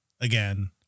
Again